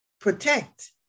protect